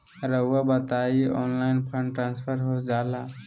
रहुआ बताइए online fund transfer हो जाला?